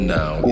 now